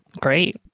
Great